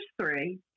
three